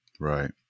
Right